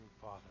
Father